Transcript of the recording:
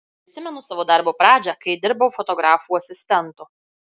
prisimenu savo darbo pradžią kai dirbau fotografų asistentu